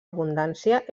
abundància